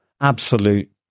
absolute